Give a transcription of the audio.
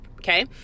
Okay